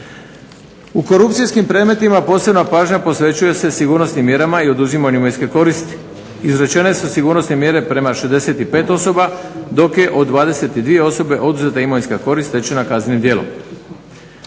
U korupcijskim predmetima posebna pažnja posvećuje se sigurnosnim mjerama i oduzimanju imovinske koristi. Izrečene su sigurnosne mjere prema 65 osoba dok je od 22 osobe oduzeta imovinska korist stečena kaznenim djelom.